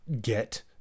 get